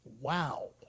Wow